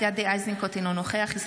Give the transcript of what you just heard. אינו נוכח גדי איזנקוט,